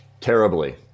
Terribly